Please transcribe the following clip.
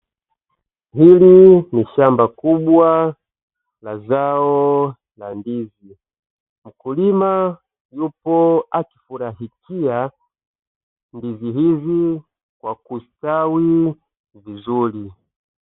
Hili ni shamba kubwa la zao la ndizi. Mkulima yupo akifurahia ndizi hizi kwa kustawi vizuri.